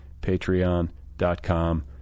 patreon.com